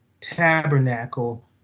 tabernacle